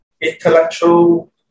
intellectual